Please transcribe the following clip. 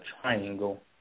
triangle